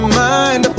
mind